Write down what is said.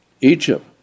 Egypt